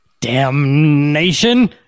Damnation